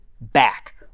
back